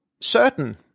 certain